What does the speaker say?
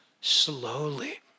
slowly